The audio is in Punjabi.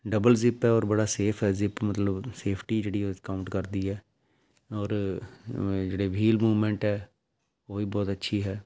ਡਬਲ ਜ਼ਿਪ ਹੈ ਔਰ ਬੜਾ ਸੇਫ ਹੈ ਜ਼ਿਪ ਮਤਲਬ ਸੇਫਟੀ ਜਿਹੜੀ ਹੈ ਕਾਊਂਟ ਕਰਦੀ ਹੈ ਔਰ ਜਿਹੜੇ ਵਹੀਲ ਮੂਵਮੈਂਟ ਹੈ ਉਹ ਵੀ ਬਹੁਤ ਅੱਛੀ ਹੈ